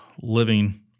living